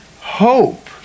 hope